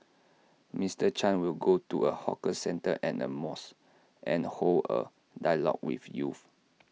Mister chan will go to A hawker centre and A mosque and hold A dialogue with youth